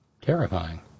terrifying